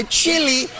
chili